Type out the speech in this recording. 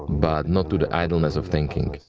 but not to the idleness of thinking.